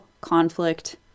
conflict